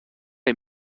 est